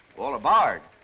walter bard?